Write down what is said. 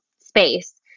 space